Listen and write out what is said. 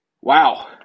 Wow